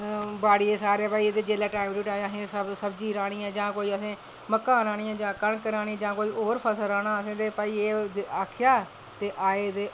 बाड़ी सारें बाही ते टैम टू टैम असें कोई सब्जी राह्नी ऐ जां कोई मक्कां राह्नियां जां कोई कनक राह्नी जां कोई होर फसल राह्नां असें ते भई एह् आखेआ ते आ